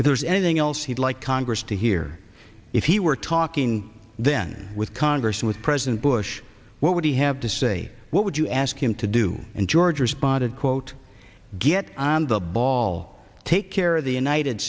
if there's anything else he'd like congress to hear if he were talking then with congress and with president bush what would he have to say what would you ask him to do and george responded quote get on the ball take care of the united